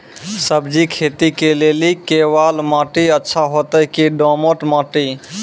सब्जी खेती के लेली केवाल माटी अच्छा होते की दोमट माटी?